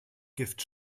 gift